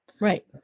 Right